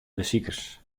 besikers